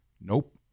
Nope